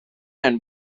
and